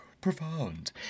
profound